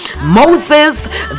moses